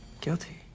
Guilty